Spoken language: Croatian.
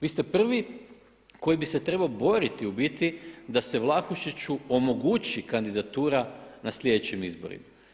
Vi ste prvi koji bi se trebao boriti u biti da se Vlahušiću omogući kandidatura na slijedećim izborima.